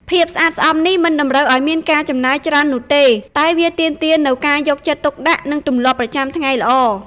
ភាពស្អាតស្អំនេះមិនតម្រូវឲ្យមានការចំណាយច្រើននោះទេ តែវាទាមទារនូវការយកចិត្តទុកដាក់ និងទម្លាប់ប្រចាំថ្ងៃល្អ។